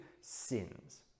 sins